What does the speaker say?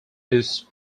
east